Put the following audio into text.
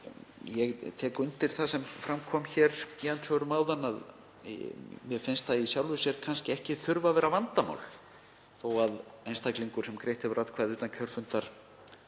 Ég tek undir það sem fram kom í andsvörum áðan, mér finnst það í sjálfu sér kannski ekki þurfa að vera vandamál þó að einstaklingur sem greitt hefur atkvæði utan kjörfundar